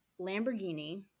Lamborghini